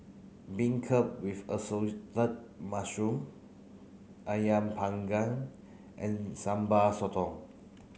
beancurd with assorted mushroom Ayam panggang and Sambal Sotong